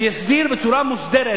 שיסדיר בצורה מוסדרת,